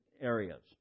areas